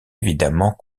évidemment